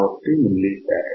01 milli farad